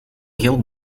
geld